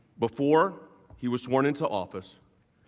before he was sworn into office,